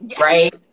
right